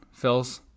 Phils